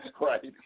right